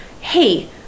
Hey